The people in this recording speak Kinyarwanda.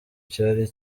cyari